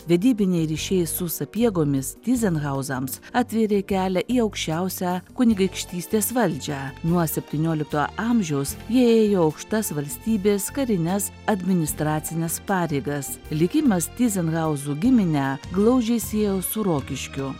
vedybiniai ryšiai su sapiegomis tyzenhauzams atvėrė kelią į aukščiausią kunigaikštystės valdžią nuo septyniolikto amžiaus jie ėjo aukštas valstybės karines administracines pareigas likimas tyzenhauzų giminę glaudžiai siejo su rokiškiu